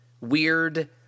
weird